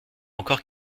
encore